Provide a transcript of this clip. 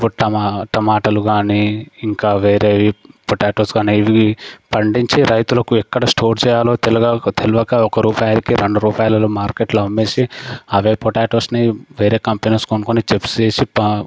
టమా టమాటాలు గానీ ఇంకా వేరేవి పొటాటోస్ గానీ ఇవి పండించే రైతులకు ఎక్కడ స్టోర్ చేయాలో తెలగాక తెలవక ఒక్క రూపాయికి రెండు రూపాయలు మార్కెట్లో అమ్మేసి అవే పొటాటోస్ని వేరే కంపెనీస్ కొనుక్కుని చిప్స్ చేసి